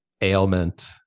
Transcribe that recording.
ailment